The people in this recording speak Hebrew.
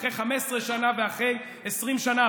אחרי 15 שנה ואחרי 20 שנה,